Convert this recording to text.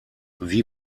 wie